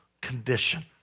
condition